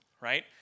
right